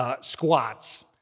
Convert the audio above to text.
squats